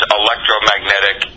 electromagnetic